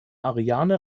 ariane